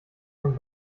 man